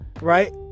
right